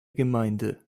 gemeinde